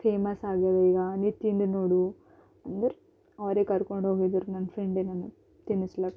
ಫೇಮಸ್ಸಾಗ್ಯದ ಈಗ ನೀನು ತಿಂದು ನೋಡು ಅಂದ್ರು ಅವರೇ ಕರ್ಕೊಂಡೋಗಿದ್ರು ನನ್ನ ಫ್ರೆಂಡೆ ನನ್ಗೆ ತಿನ್ನಿಸ್ಲಾಕ